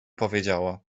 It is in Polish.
powiedziała